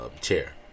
chair